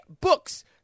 books